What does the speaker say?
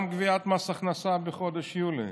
גם גביית מס ההכנסה בחודש יולי